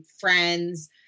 friends